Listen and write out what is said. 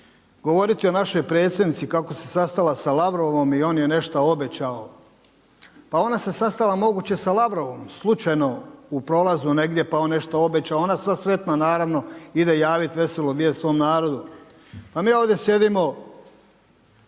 Govoriti o našoj predsjednici kako se sastala sa Lavrovom i on je nešto obećao, pa ona se sastala moguće sa Lavrovom slučajno u prolazu negdje pa on nešto obećao, a ona sva sretna naravno ide javiti veselu vijest svome narodu. pa mi ovdje sjedimo